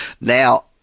Now